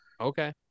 okay